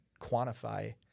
quantify